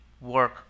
work